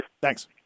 Thanks